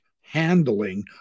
handling